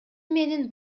менин